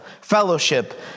Fellowship